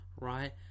right